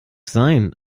sein